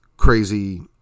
crazy